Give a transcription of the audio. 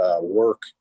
work